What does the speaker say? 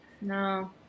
No